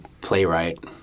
playwright